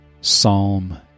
Psalm